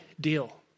deal